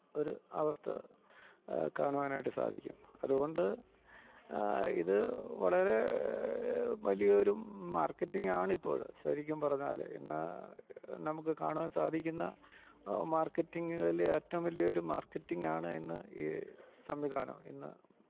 ഒര് അവസ്ഥ കാണുവാനായിട്ട് സാധിക്കും അതുകൊണ്ട് ഇത് വളരെ വലിയൊരു മാര്ക്കറ്റിങ്ങാണിപ്പോഴ് ശെരിക്കും പറഞ്ഞാല് ഇന്ന് നമുക്ക് കാണുവാന് സാധിക്കുന്ന മാര്ക്കറ്റിങ്ങ്കളില് ഏറ്റവും വലിയൊരു മാര്ക്കറ്റിങ്ങാണ് ഇന്ന് ഈ സംവിധാനം ഇന്ന്